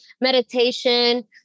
Meditation